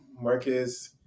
Marcus